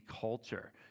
culture